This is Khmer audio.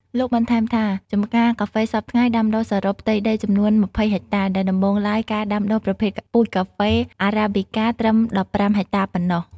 លោកបន្ថែមថា ចម្ការកាហ្វេសព្វថ្ងៃដាំដុះសរុបផ្ទៃដីចំនួន២០ហិកតា ដែលដំបូងឡើយការដាំដុះប្រភេទពូជការហ្វេ Arabica ត្រឹម១៥ ហិកតាប៉ុណ្ណោះ។